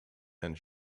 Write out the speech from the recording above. and